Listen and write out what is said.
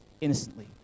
innocently